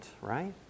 right